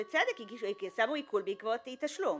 בצדק, שמו עיקול בעקבות אי תשלום.